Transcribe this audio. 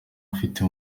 ufite